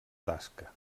tasca